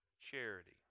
charity